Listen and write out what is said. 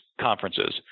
conferences